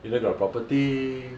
you know got a property